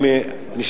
אגב,